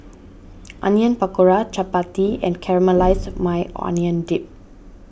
Onion Pakora Chapati and Caramelized Maui Onion Dip